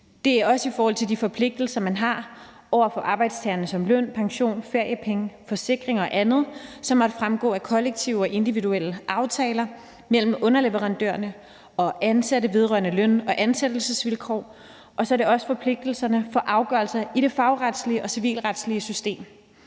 Det er også i forhold til de forpligtelser, man har over for arbejdstagerne, såsom løn, pension, feriepenge, forsikringer og andet, som måtte fremgå af kollektive og individuelle aftaler mellem underleverandørerne og ansatte vedrørende løn- og ansættelsesvilkår, og så er det også forpligtelserne for afgørelser i det fagretlige og civilretlige system.